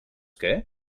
què